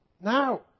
now